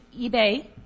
eBay